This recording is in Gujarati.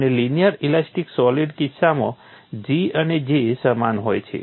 અને લિનિયર ઇલાસ્ટિક સોલિડ કિસ્સામાં G અને J સમાન હોય છે